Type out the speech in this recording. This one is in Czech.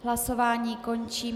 Hlasování končí.